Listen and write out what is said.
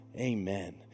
Amen